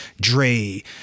dre